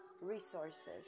resources